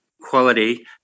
quality